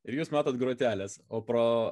ir jūs matot groteles o pro